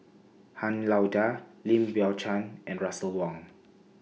Han Lao DA Lim Biow Chuan and Russel Wong